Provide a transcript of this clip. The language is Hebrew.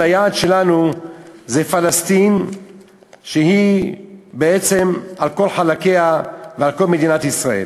והיעד שלנו זה פלסטין שהיא בעצם על כל חלקיה ועל כל מדינת ישראל.